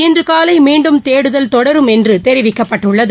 இன்றுகாலைமீண்டும் தேடுதல் தொடரும் என்றுதெரிவிக்கப்பட்டுள்ளது